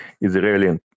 Israeli